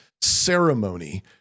ceremony